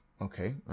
okay